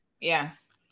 Yes